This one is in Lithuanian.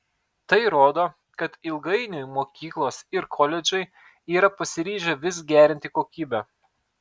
tai rodo kad ilgainiui mokyklos ir koledžai yra pasiryžę vis gerinti kokybę